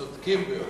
צודקים.